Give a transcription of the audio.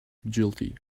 guilty